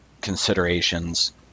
considerations